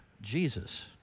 Jesus